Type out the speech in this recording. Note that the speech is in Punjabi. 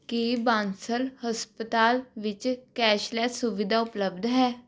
ਕੀ ਬਾਂਸਲ ਹਸਪਤਾਲ ਵਿੱਚ ਕੈਸ਼ਲੈਸ ਸੁਵਿਧਾ ਉਪਲਬਧ ਹੈ